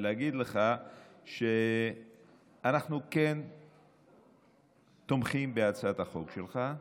ולהגיד לך שאנחנו תומכים בהצעת החוק שלך,